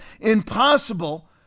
impossible